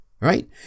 right